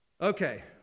Okay